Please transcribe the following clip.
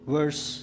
Verse